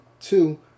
Two